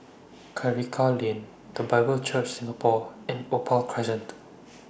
Karikal Lane The Bible Church Singapore and Opal Crescent